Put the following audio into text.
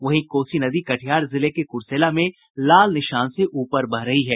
वहीं कोसी नदी कटिहार जिले के कूर्सेला में लाल निशान के ऊपर बह रही है